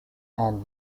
and